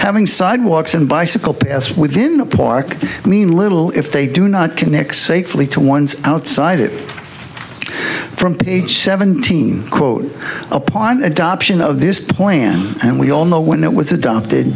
having sidewalks and bicycle paths within the park mean little if they do not connect safely to ones outside it front page seventeen quote upon adoption of this plan and we all know when it was adopted